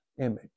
image